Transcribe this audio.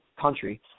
country